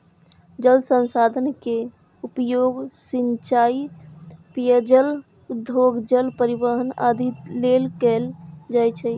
जल संसाधन के उपयोग सिंचाइ, पेयजल, उद्योग, जल परिवहन आदि लेल कैल जाइ छै